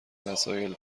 وسایل